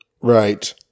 Right